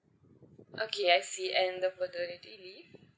okay I see and the paternity leave